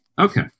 Okay